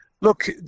Look